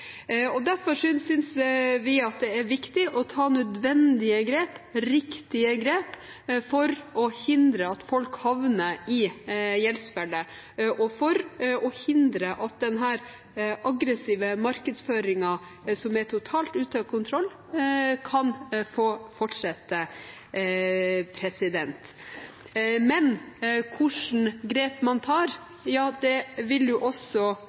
aner. Derfor synes vi det er viktig å ta nødvendige og riktige grep for å hindre at folk havner i gjeldsfeller, og for å hindre at denne aggressive markedsføringen, som er totalt ute av kontroll, kan få fortsette. Men hva slags grep man tar, vil også